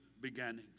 beginnings